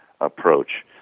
approach